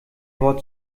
wort